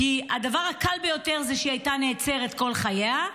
כי הדבר הקל ביותר הוא שהיא הייתה נעצרת לכל חייה,